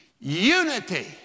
Unity